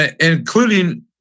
including